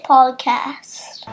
Podcast